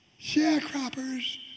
Sharecroppers